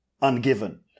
ungiven